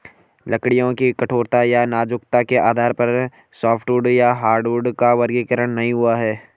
लकड़ियों की कठोरता या नाजुकता के आधार पर सॉफ्टवुड या हार्डवुड का वर्गीकरण नहीं हुआ है